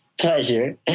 pleasure